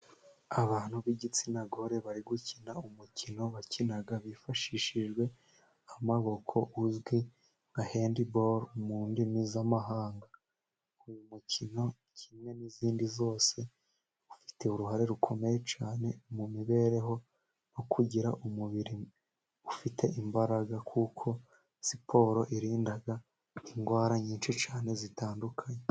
Abantu b'igitsina gore bari gukina umukino bakina hifashishijwe amaboko uzwi nka handiboro mu ndimi z'amahanga, uyu mukino kimwe n'iyindi yose ufite uruhare rukomeye cyane mu mibereho nko kugira umubiri ufite imbaraga, kuko siporo irinda indwara nyinshi cyane zitandukanye.